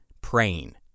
praying